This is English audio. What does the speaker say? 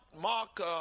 Mark